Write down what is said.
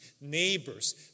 neighbors